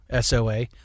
SoA